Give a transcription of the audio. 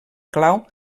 clau